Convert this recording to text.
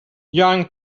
young